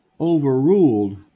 overruled